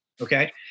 Okay